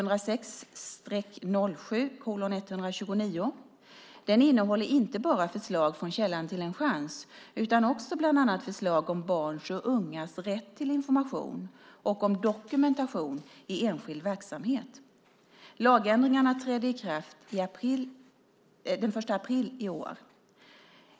Den innehåller inte bara förslag från Källan till en chans utan bland annat också förslag om barns och ungas rätt till information och om dokumentation i enskild verksamhet. Lagändringarna trädde i kraft den 1 april i år.